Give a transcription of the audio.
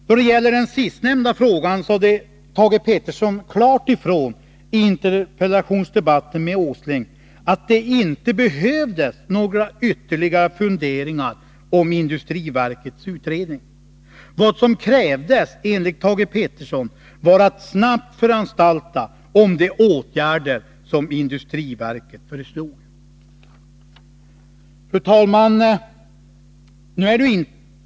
Då det gäller den sistnämnda frågan sade Thage Peterson klart ifrån i interpellationsdebatten med Nils Åsling att det inte behövdes några ytterligare funderingar om industriverkets utredning. Vad som krävdes enligt Thage Peterson var att snabbt föranstalta om de åtgärder som industriverket föreslog. Fru talman!